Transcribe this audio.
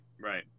right